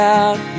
out